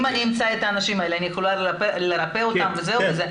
אם אני אמצא את האנשים האלה אני יכולה לרפא אותם וזהו זה?